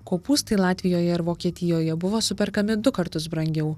kopūstai latvijoje ar vokietijoje buvo superkami du kartus brangiau